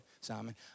Simon